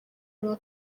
nka